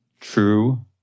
true